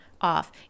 off